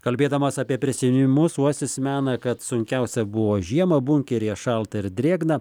kalbėdamas apie prisiminimus uosis mena kad sunkiausia buvo žiemą bunkeryje šalta ir drėgna